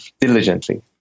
diligently